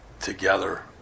together